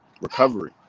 recovery